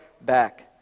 back